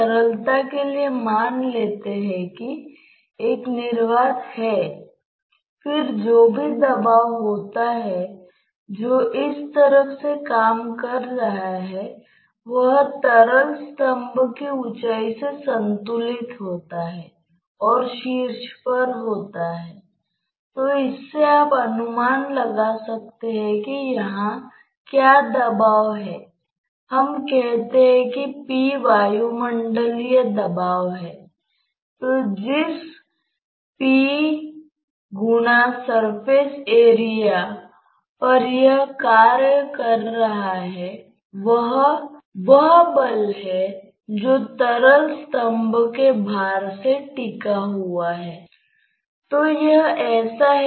द्रव को पता नहीं है कि एक दीवार है और इसलिए यह एक समान वेग बनाए रखता है और यही कारण है कि इनविसिड प्रवाह में आपके पास इस तरह की एक समान वेग प्रोफ़ाइल है